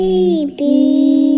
Baby